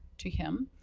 to him.